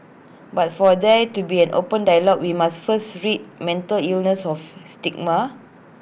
but for there to be an open dialogue we must first rid mental illness of its stigma